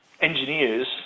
engineers